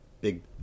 big